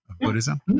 buddhism